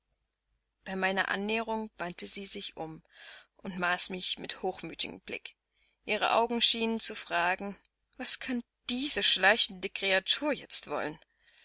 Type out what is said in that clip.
bei meiner annäherung wandte sie sich um und maß mich mit hochmütigem blick ihre augen schienen zu fragen was kann diese schleichende kreatur jetzt wollen